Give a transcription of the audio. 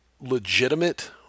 legitimate